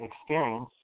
experience